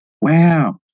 wow